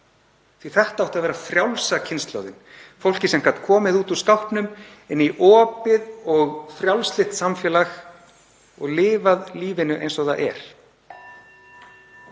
að þetta átti að vera frjálsa kynslóðin, fólkið sem gæti komið út úr skápnum í opið og frjálslynt samfélag og lifað lífinu eins og það er.